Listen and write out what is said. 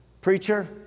preacher